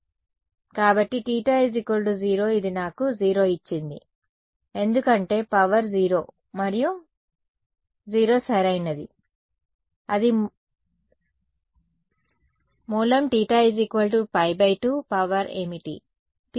కాబట్టి θ 0 ఇది నాకు 0 ఇచ్చింది ఎందుకంటే పవర్ 0 మరియు 0 సరైనది అది మూలం θ π2 పవర్ ఏమిటి